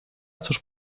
cóż